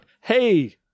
hey